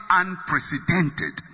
unprecedented